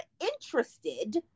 interested